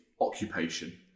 occupation